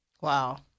wow